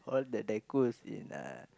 all the decors in a